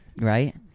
Right